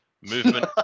movement